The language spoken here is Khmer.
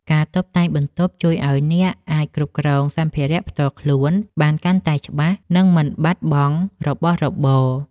ការតុបតែងបន្ទប់ជួយឱ្យអ្នកអាចគ្រប់គ្រងសម្ភារៈផ្ទាល់ខ្លួនបានកាន់តែច្បាស់ និងមិនបាត់បង់របស់របរ។